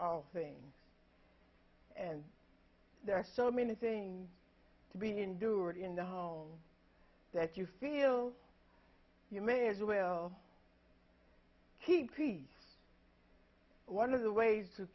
all things and there are so many things to be endured in the home that you feel you may as well keep each one of the ways to